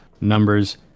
numbers